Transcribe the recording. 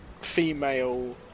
female